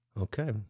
Okay